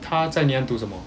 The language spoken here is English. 他在 ngee ann 读什么